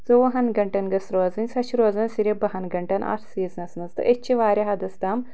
ژۄوہن گنٛٹن گٔژھ روزٕنۍ سۄ چھِ روزان صرف بہن گنٛٹن اتھ سیٖزنس منٛز تہٕ أسۍ چھِ واریاہ حدس تام